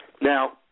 Now